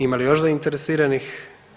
Ima li još zainteresiranih?